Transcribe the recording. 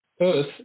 Earth